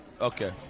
Okay